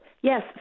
Yes